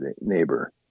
neighbor